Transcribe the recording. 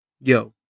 Yo